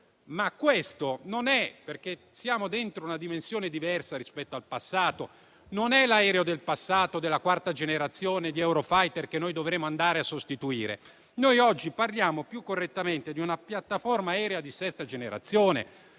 un sistema unico. Siamo dentro una dimensione diversa rispetto al passato e questo non è l'aereo del passato, della quarta generazione di Eurofighter, che noi dovremo andare a sostituire. Noi oggi parliamo più correttamente di una piattaforma aerea di sesta generazione,